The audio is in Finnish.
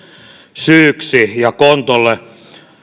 syyksi ja kontolle